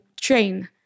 train